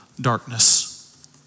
darkness